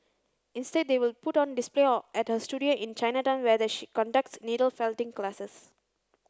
instead they will put on display or at her studio in Chinatown where the she conducts needle felting classes